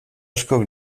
askok